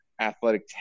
athletic